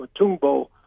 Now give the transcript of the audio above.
Matumbo